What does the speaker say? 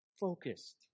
focused